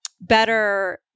better